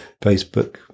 Facebook